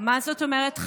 מה זאת אומרת?